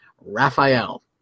Raphael